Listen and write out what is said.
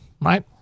right